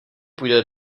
půjde